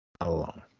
alone